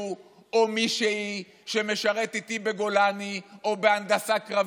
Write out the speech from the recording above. או מישהי שמשרת איתי בגולני או בהנדסה קרבית,